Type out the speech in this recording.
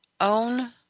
own